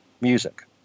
music